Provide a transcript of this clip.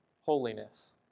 holiness